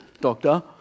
doctor